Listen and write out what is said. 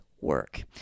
work